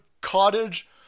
cottage